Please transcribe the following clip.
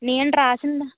నేను రాసింది